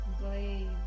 blade